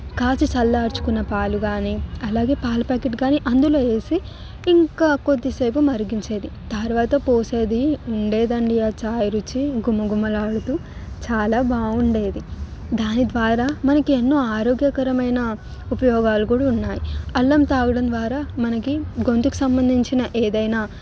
కాల్చి చల్లార్చుకున్న పాలు కాని అలాగే పాల ప్యాకెట్ కానీ అందులో వేసి ఇంకా కొద్దిసేపు మరిగించేది తర్వాత పోసేది ఉండేది అండి ఆ చాయ్ రుచి గుమగుమలు ఆడుతూ చాలా బాగుండేది దానిద్వారా మనకు ఎన్నో ఆరోగ్యకరమైన ఉపయోగాలు కూడా ఉన్నాయి అల్లం తాగడం ద్వారా మనకి గొంతుకు సంబంధించిన ఏదైనా